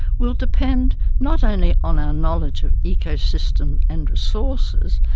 will depend not only on our knowledge of ecosystems and resources,